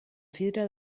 fira